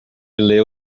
ler